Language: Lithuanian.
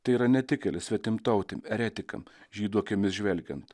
tai yra netikėlis svetimtautėm eretikams žydų akimis žvelgiant